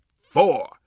four